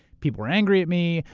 people were angry at me.